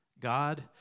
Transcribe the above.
God